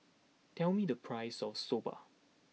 tell me the price of soba